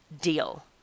deal